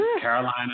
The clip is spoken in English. Carolina